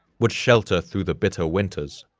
would shelter through the bitter winters,